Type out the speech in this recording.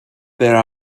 there